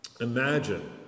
Imagine